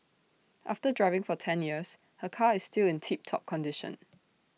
after driving for ten years her car is still in tip top condition